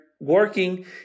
working